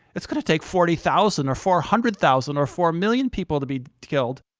it's gonna take forty thousand or four hundred thousand or four million people to be killed,